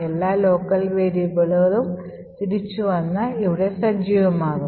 എല്ലാ ലോക്കൽ വേരിയബിളുകളും തിരിച്ചു വന്ന് ഇവിടെ സജീവമാകും